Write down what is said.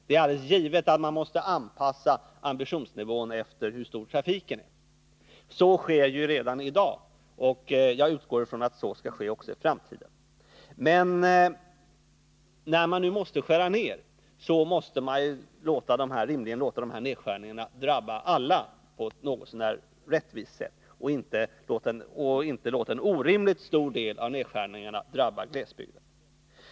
Det är alldeles givet att man måste anpassa ambitionsnivån efter hur stor trafiken är. Så sker redan i dag, och jag utgår från att så skall ske också i framtiden. Men när man nu måste skära ned måste man rimligen låta dessa nedskärningar drabba alla på ett något så när rättvist sätt och inte låta en orimligt stor del av nedskärningen drabba glesbygden.